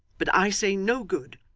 but i say no good,